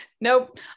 Nope